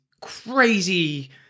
crazy